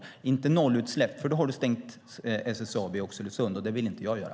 Det är inte nollutsläpp. Med nollutsläpp har du stängt SSAB i Oxelösund, och det vill inte jag göra.